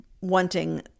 wanting